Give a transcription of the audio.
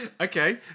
okay